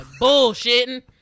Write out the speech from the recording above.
bullshitting